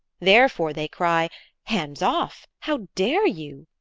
therefore they cry hands off! how dare you!